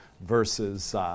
versus